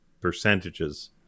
percentages